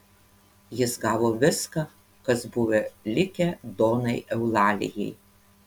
jis gavo viską kas buvo likę donai eulalijai